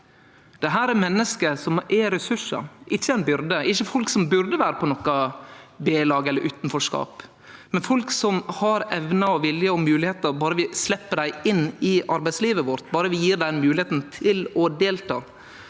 Dette er menneske som er ressursar – ikkje ei byrde, ikkje folk som burde vere på noko b-lag eller utanforskap, men folk som har evner, vilje og moglegheiter berre vi slepp dei inn i arbeidslivet vårt, berre vi gjev dei moglegheita til å delta.